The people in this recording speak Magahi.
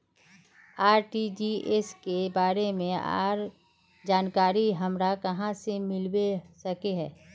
आर.टी.जी.एस के बारे में आर जानकारी हमरा कहाँ से मिलबे सके है?